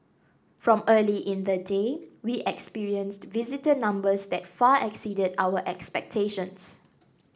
from early in the day we experienced visitor numbers that far exceeded our expectations